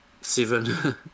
seven